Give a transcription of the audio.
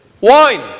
Wine